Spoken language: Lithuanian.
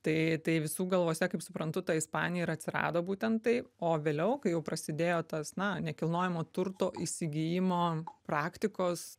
tai tai visų galvose kaip suprantu ta ispanija ir atsirado būtent tai o vėliau kai jau prasidėjo tos na nekilnojamo turto įsigijimo praktikos